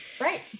Right